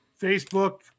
Facebook